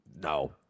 no